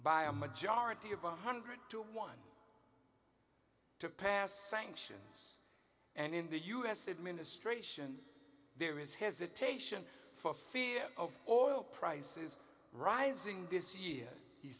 by a majority of one hundred to one to pass sanctions and in the u s administration there is hesitation for fear of oil prices rising this year he